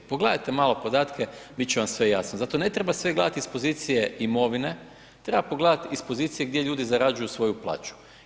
Pogledajte malo podatke, bit će vam sve jasno, zato ne treba sve gledat iz pozicije imovine, treba pogledat iz pozicije gdje ljudi zarađuju svoju plaću.